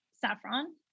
Saffron